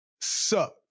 Sucked